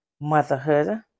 motherhood